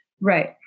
Right